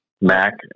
Mac